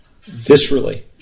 viscerally